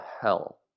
hell